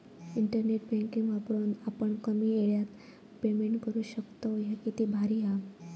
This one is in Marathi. इंटरनेट बँकिंग वापरून आपण कमी येळात पेमेंट करू शकतव, ह्या किती भारी हां